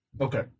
Okay